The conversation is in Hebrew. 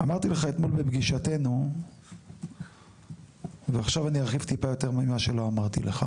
אמרתי לך אתמול בפגישתנו ועכשיו אני ארחיב טיפה יותר ממה שלא אמרתי לך.